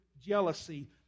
jealousy